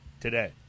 today